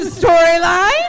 storyline